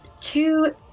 two